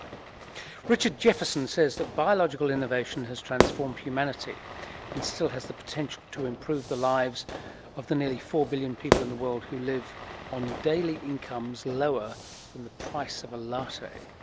richard jefferson says that biological innovation has transformed humanity and still has the potential to improve the lives of the nearly four billion people in the world who live on daily incomes lower than the price of a latte.